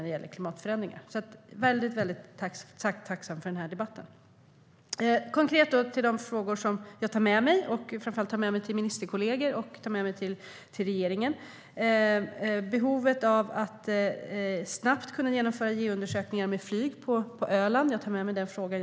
Jag är därför väldigt tacksam för den här debatten. När det gäller de konkreta frågorna, som behovet av att snabbt kunna genomföra geoundersökningar med flyg på Öland, tar jag med mig det till ministerkollegor i regeringen.